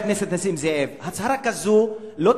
מה זה